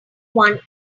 one